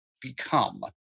become